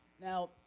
Now